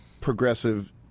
progressive